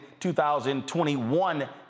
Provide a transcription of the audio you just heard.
2021